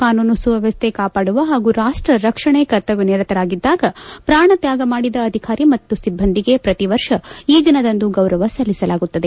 ಕಾನೂನು ಸುವ್ನವಸ್ಥ ಕಾಪಾಡುವ ಹಾಗೂ ರಾಷ್ಟ ರಕ್ಷಣೆ ಕರ್ತವ್ನ ನಿರತರಾಗಿದ್ಲಾಗ ಪ್ರಾಣ ತ್ಲಾಗ ಮಾಡಿದ ಅಧಿಕಾರಿ ಮತ್ತು ಸಿಬ್ಲಂದಿಗೆ ಪ್ರತಿ ವರ್ಷ ಈ ದಿನದಂದು ಗೌರವ ಸಲ್ಲಿಸಲಾಗುತ್ತದೆ